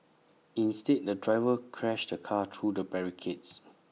instead the driver crashed the car through the barricades